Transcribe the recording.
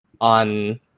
on